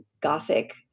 Gothic